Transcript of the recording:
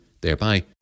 thereby